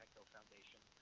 Foundation